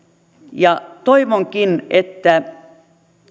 ja toivonkin että